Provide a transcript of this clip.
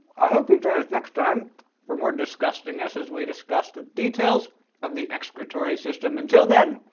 i hope you'll join us next time for more disgustingness, as we discuss the details of the excretory system! until then,